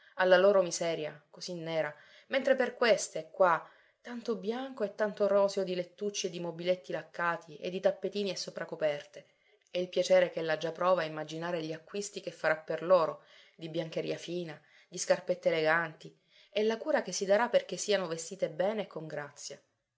alla loro miseria così nera mentre per queste qua tanto bianco e tanto roseo di lettucci e di mobiletti laccati e di tappetini e sopracoperte e il piacere ch'ella già prova a immaginare gli acquisti che farà per loro di biancheria fina di scarpette eleganti e la cura che si darà perché siano vestite bene e con grazia